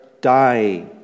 die